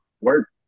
work